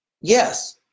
yes